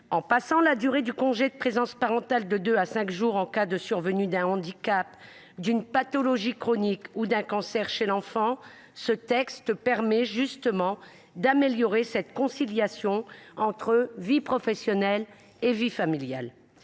En portant la durée du congé de présence parentale de deux à cinq jours en cas de survenue d’un handicap, d’une pathologie chronique ou d’un cancer chez l’enfant, ce texte améliore précisément la conciliation entre vie professionnelle et vie familiale.